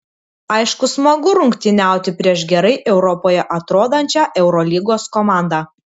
aišku smagu rungtyniauti prieš gerai europoje atrodančią eurolygos komandą